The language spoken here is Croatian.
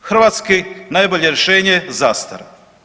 Hrvatski najbolje rješenje, zastara.